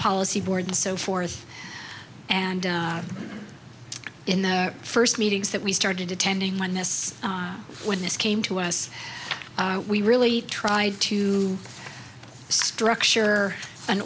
policy board and so forth and in the first meetings that we started attending when this when this came to us we really tried to structure an